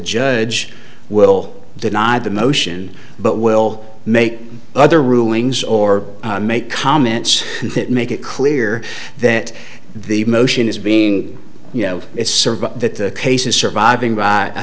judge will deny the motion but will make other rulings or make comments that make it clear that the motion is being you know it's sort of that the case is surviving by a